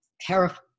terrifying